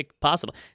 possible